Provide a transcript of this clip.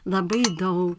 labai dau